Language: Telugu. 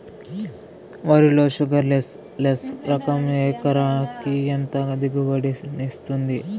వరి లో షుగర్లెస్ లెస్ రకం ఎకరాకి ఎంత దిగుబడినిస్తుంది